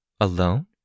Alone